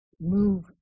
move